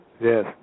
Yes